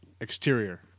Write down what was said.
exterior